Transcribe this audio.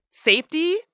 safety